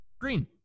green